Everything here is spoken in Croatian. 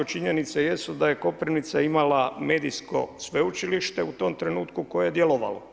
Činjenice jesu da je Koprivnica imala medijsko sveučilište u tom trenutku koje je djelovalo.